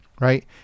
right